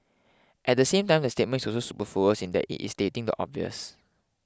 at the same time the statement is also superfluous in that it is stating the obvious